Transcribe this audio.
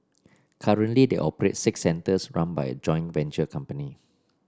currently they operate six centres run by a joint venture company